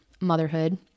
motherhood